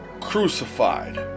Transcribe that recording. crucified